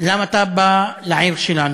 למה אתה בא לעיר שלנו?